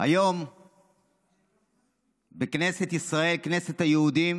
היום בכנסת ישראל, בכנסת היהודים,